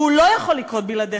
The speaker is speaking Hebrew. והוא לא יכול לקרות בלעדיך,